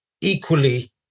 equally